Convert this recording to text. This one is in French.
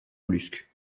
mollusques